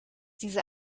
diese